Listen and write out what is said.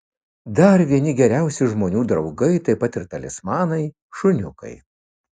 dar vieni geriausi žmonių draugai taip pat ir talismanai šuniukai